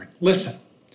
listen